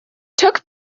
took